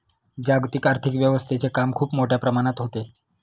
जागतिक आर्थिक व्यवस्थेचे काम खूप मोठ्या प्रमाणात होते